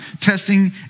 testing